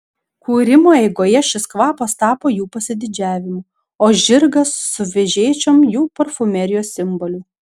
kūrimo eigoje šis kvapas tapo jų pasididžiavimu o žirgas su vežėčiom jų parfumerijos simboliu